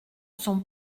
sont